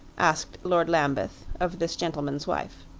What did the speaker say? asked lord lambeth of this gentleman's wife.